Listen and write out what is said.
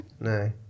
No